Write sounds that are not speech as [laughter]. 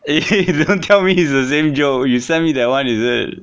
eh [laughs] don't tell me it's the same joke you send me that one is it